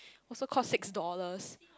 also cost six dollars